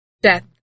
Death